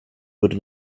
würde